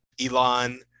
Elon